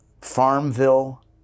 Farmville